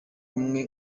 kumwe